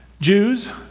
Jews